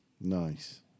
Nice